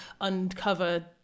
uncover